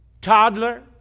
toddler